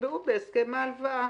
שנקבעו בהסכם ההלוואה.